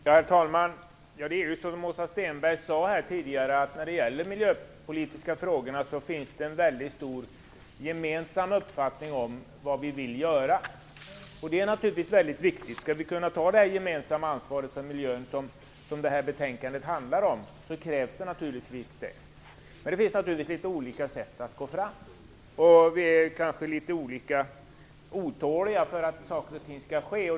Herr talman! Som Åsa Stenberg tidigare sade finns det en mycket stor enighet om vad vi vill göra när det gäller de miljöpolitiska frågorna. Det är naturligtvis väldigt viktigt. Skall vi kunna ta det gemensamma ansvar för miljön som betänkandet handlar om krävs naturligtvis just det. Men det är klart att det finns olika sätt att gå fram, och vi är kanske litet olika otåliga att saker och ting skall ske.